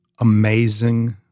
amazing